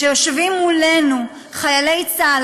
כשיושבים מולנו חיילי צה"ל,